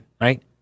right